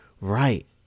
Right